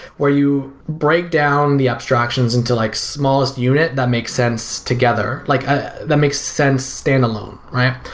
where you break down the abstractions into like smallest unit, that makes sense together. like ah that makes sense staying alone, right?